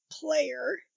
player